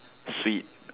sweet